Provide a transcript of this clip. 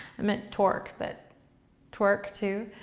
i meant torque but twerk, too.